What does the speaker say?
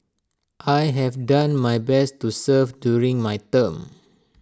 I have done my best to serve during my term